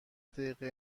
دقیقه